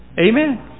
Amen